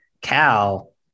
Cal